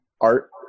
art